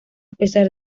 pesar